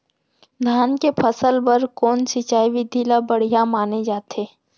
धान के फसल बर कोन सिंचाई विधि ला बढ़िया माने जाथे?